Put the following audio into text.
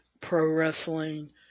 pro-wrestling